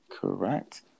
Correct